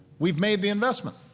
we've made the investment.